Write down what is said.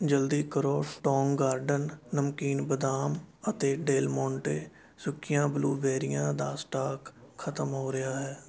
ਜਲਦੀ ਕਰੋ Tong Garden ਨਮਕੀਨ ਬਦਾਮ ਅਤੇ ਡੇਲ ਮੋਂਟੇ ਸੁੱਕੀਆਂ ਬਲੂਬੇਰੀਆਂ ਦਾ ਸਟਾਕ ਖਤਮ ਹੋ ਰਿਹਾ ਹੈ